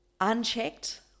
Unchecked